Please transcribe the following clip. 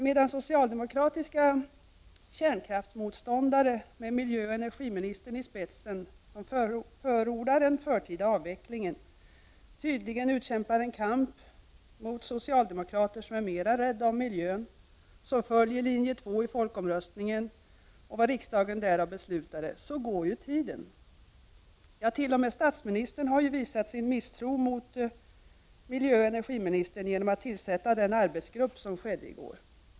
Medan socialdemokratiska kärnkraftsmotståndare med miljöoch energiministern i spetsen, som förordar en förtida avveckling, tydligen utkämpar en kamp mot socialdemokrater som är mera rädda om miljön och som följer linje 2 i folkomröstningen och vad riksdagen med anledning därav beslutade, så går tiden. Ja, t.o.m. statsministern har ju visat sin misstro mot miljöoch energiministern genom tillsättandet av en arbetsgrupp i går.